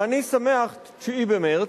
ואני שמח, 9 במרס.